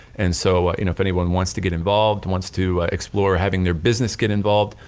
and so ah you know if anyone wants to get involved, wants to explore having their business get involved,